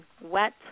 Wet